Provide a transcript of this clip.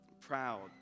Proud